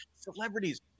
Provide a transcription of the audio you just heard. Celebrities